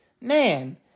man